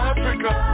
Africa